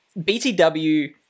BTW